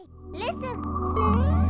listen